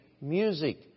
music